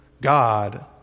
God